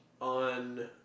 on